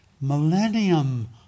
millennium